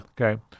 Okay